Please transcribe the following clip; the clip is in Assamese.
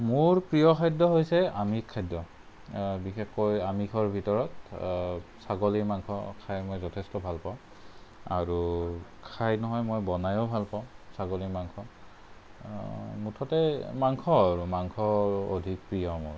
মোৰ প্ৰিয় খাদ্য হৈছে আমিষ খাদ্য বিশেষকৈ আমিষৰ ভিতৰত ছাগলী মাংস খাই মই যথেষ্ট ভালপাওঁ আৰু খাই নহয় মই বনাইও ভালপাওঁ ছাগলী মাংস মুঠতে মাংস আৰু মাংস অধিক প্ৰিয় মোৰ